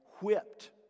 whipped